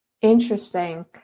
Interesting